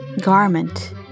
Garment